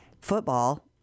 football